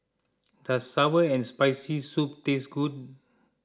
does Sour and Spicy Soup taste good